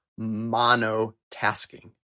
monotasking